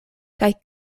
kaj